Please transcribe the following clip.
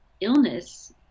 illness